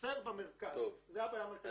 חסר במרכז, זו הבעיה המרכזית.